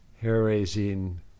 hair-raising